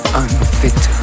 unfit